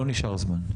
לא נשאר זמן.